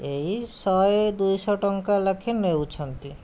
ଏଇ ଶହେ ଦୁଇଶହ ଟଙ୍କା ଲେଖା ନେଉଛନ୍ତି